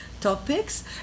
topics